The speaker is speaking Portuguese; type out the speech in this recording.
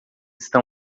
estão